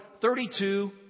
thirty-two